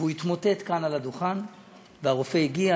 והוא התמוטט כאן על הדוכן והרופא הגיע.